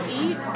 eat